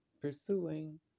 pursuing